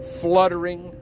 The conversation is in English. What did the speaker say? fluttering